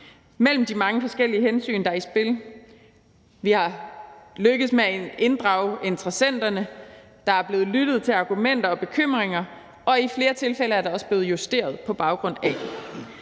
mellem de mange forskellige hensyn, der er i spil. Vi er lykkedes med at inddrage interessenterne, der er blevet lyttet til argumenter og bekymringer, og i flere tilfælde er der også blevet justeret på baggrund af